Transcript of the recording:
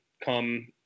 come